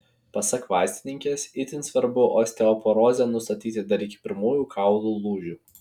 pasak vaistininkės itin svarbu osteoporozę nustatyti dar iki pirmųjų kaulų lūžių